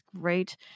great